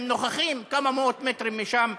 הם נוכחים כמה מאות מטרים משם,